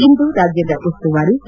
ಇಂದು ರಾಜ್ಜದ ಉಸುವಾರಿ ಕೆ